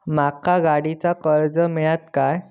माका गाडीचा कर्ज मिळात काय?